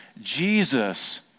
Jesus